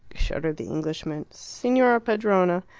shuddered the englishman. signora padrona,